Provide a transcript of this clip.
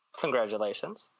Congratulations